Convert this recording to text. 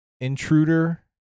intruder